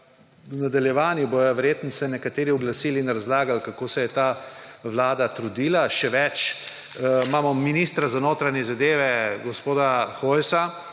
v nadaljevanju se bodo verjetno nekateri oglasili in razlagali, kako se je ta vlada trudila še več. Imamo ministra za notranje zadeve gospoda Hojsa,